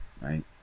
right